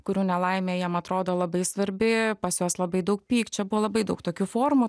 kurių nelaimė jiem atrodo labai svarbi pas juos labai daug pykčio buvo labai daug tokių forumų